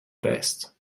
best